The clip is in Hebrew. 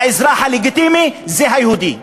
האזרח הלגיטימי זה היהודי.